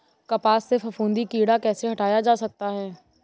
कपास से फफूंदी कीड़ा कैसे हटाया जा सकता है?